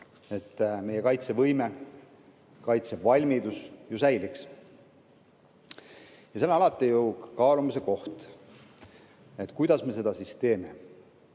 meie kaitsevõime ja kaitsevalmidus säiliks. See on alati kaalumise koht, kuidas me seda teeme.